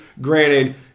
granted